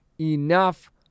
enough